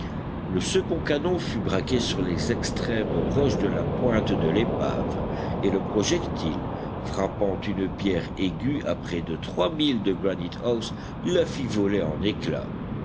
le second canon fut braqué sur les extrêmes roches de la pointe de l'épave et le projectile frappant une pierre aiguë à près de trois milles de granite house la fit voler en éclats